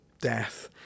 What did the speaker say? death